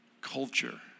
culture